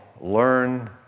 learn